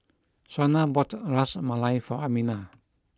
Shawna bought Ras Malai for Amina